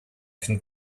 can